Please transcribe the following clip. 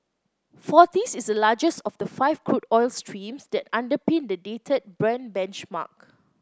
forties is the largest of the five crude oil streams that underpin the dated Brent benchmark